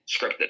scripted